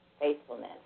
faithfulness